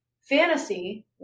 fantasy